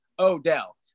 Odell